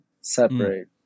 separate